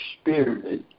Spirit